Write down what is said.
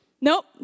Nope